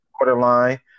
borderline